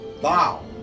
Wow